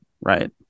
right